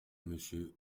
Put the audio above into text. monsieur